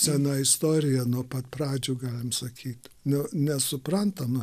sena istorija nuo pat pradžių galim sakyt nu nesuprantama